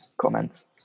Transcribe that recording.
comments